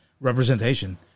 representation